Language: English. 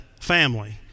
family